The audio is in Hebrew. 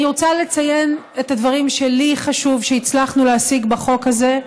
אני רוצה לציין את הדברים שלי חשוב שהצלחנו להשיג בחוק הזה: